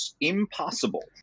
impossible